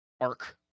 arc